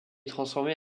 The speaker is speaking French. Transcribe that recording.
transformée